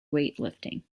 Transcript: weightlifting